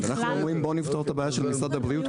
אנחנו אומרים: בואו נפתור את הבעיה של משרד הבריאות,